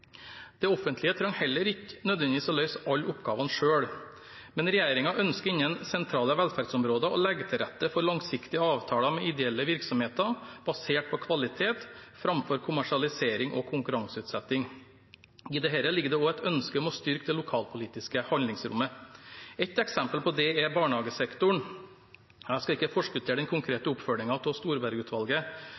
Det offentlige trenger heller ikke nødvendigvis å løse alle oppgavene selv, men regjeringen ønsker innen sentrale velferdsområder å legge til rette for langsiktige avtaler med ideelle virksomheter basert på kvalitet framfor kommersialisering og konkurranseutsetting. I dette ligger det også et ønske om å styrke det lokalpolitiske handlingsrommet. Et eksempel på det er barnehagesektoren. Jeg skal ikke forskuttere den konkrete oppfølgingen av